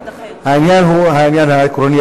העניין הוא העניין העקרוני,